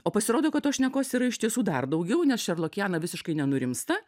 o pasirodo kad tos šnekos yra iš tiesų dar daugiau nes šerlokiana visiškai nenurimsta